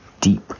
Deep